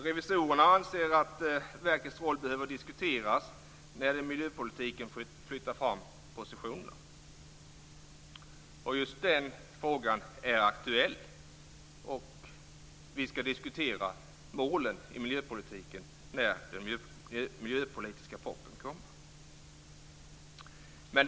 Revisorerna anser att verkets roll behöver diskuteras när miljöpolitiken flyttar fram sina positioner. Just den frågan är nu aktuell. Vi skall diskutera målen i miljöpolitiken när den miljöpolitiska propositionen kommer.